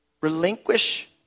relinquish